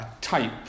type